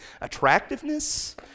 attractiveness